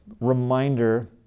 reminder